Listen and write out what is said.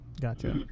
Gotcha